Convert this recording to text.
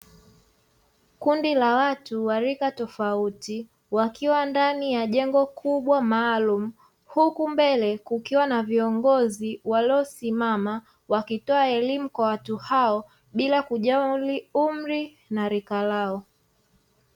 kundi la a watu wa rika tofauti, wkiwa ndani ya jengo kubwa maalumu huku mbele kukiwa na viongozi waliosimama, wakitoa elimu kwa watu hao bila kujali umrii na rika lao.